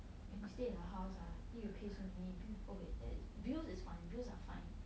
when you stay in a house ah need to pay so many bills oh there is bills is fine bills are fine